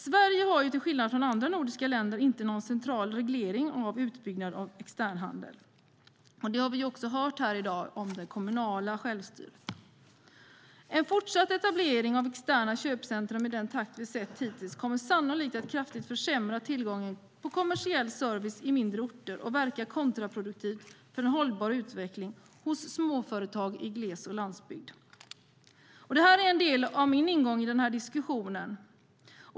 Sverige har till skillnad från andra nordiska länder inte någon central reglering av utbyggnad av externhandel. Det har vi också hört här i dag när det gäller det kommunala självstyret. En fortsatt etablering av externa köpcentrum i den takt vi har sett hittills kommer sannolikt att kraftigt försämra tillgången på kommersiell service i mindre orter och verka kontraproduktivt för en hållbar utveckling hos småföretag i gles och landsbygd. Detta är en del av min ingång i diskussionen.